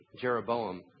Jeroboam